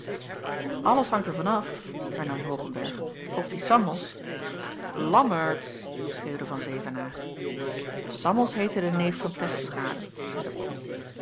alles hangt er van af hernam hoogenberg of die sammels lammertsz schreeuwde van zevenaer sammels heette de neef van tesselschade zeide bol